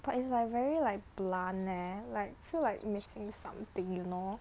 but is like very like bland leh like feel like missing something you know